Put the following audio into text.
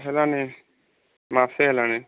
ହେଲାନି ମାସେ ହେଲାଣି